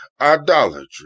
idolatry